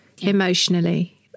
emotionally